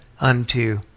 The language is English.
unto